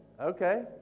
okay